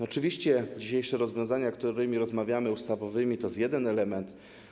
Oczywiście dzisiejsze rozwiązania, o których rozmawiamy, ustawowe, to jest jeden element.